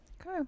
Okay